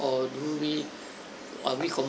or do we are we com~